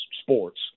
sports